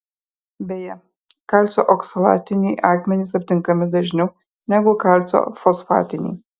beje kalcio oksalatiniai akmenys aptinkami dažniau negu kalcio fosfatiniai